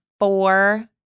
four